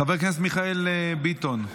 חבר הכנסת מיכאל ביטון,